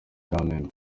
kamembe